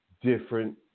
different